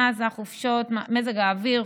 מזג האוויר,